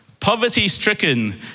Poverty-stricken